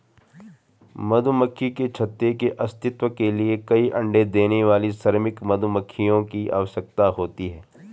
मधुमक्खी के छत्ते के अस्तित्व के लिए कई अण्डे देने वाली श्रमिक मधुमक्खियों की आवश्यकता होती है